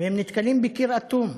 והם נתקלים בקיר אטום.